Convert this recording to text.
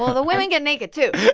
the women get naked, too.